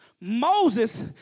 Moses